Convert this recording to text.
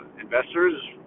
investors